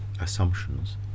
Assumptions